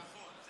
נכון.